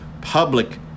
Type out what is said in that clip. public